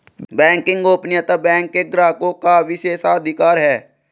banking गोपनीयता bank के ग्राहकों का विशेषाधिकार है